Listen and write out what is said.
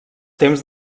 temps